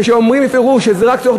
כשאומרים בפירוש שזה רק כשיש צורך,